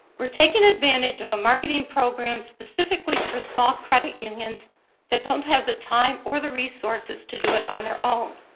we're taking advantage of a marketing program specifically for small credit unions that don't have the time or the resources to do it on their own.